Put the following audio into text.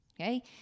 Okay